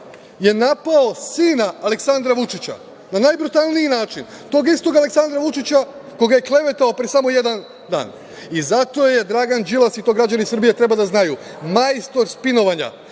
je napao sina Aleksandra Vučića na najbrutalniji način, tog istog Aleksandra Vučića koga je klevetao pre samo jedan dan. Zato je Dragan Đilas, i to građani Srbije treba da znaju, majstor spinovanja,